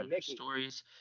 stories